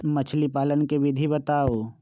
मछली पालन के विधि बताऊँ?